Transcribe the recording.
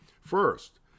first